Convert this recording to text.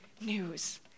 news